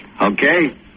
Okay